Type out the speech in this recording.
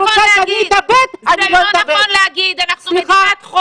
זה לא נכון להגיד את זה.